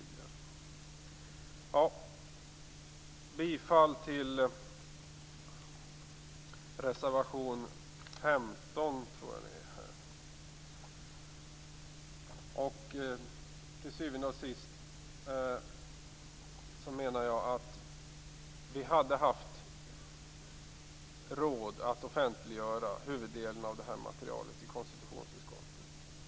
Jag yrkar på godkännande av anmälan i reservation 15. Till syvende och sist menar jag att vi hade haft råd att offentliggöra huvuddelen av det här materialet i konstitutionsutskottet.